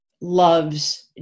loves